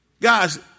Guys